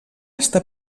està